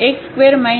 તેથી ફરીથી